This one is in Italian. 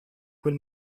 quel